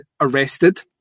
arrested